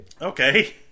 Okay